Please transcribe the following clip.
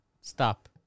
Stop